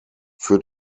für